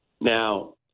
Now